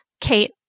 Kate